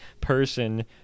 person